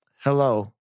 hello